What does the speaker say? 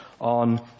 on